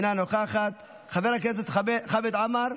אינה נוכחת, חבר הכנסת חמד עמאר,